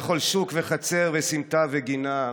/ לכל שוק וחצר וסמטה וגינה.